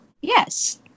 Yes